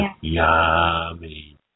yummy